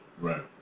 Right